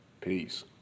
Peace